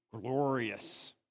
glorious